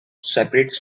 separate